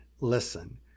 listen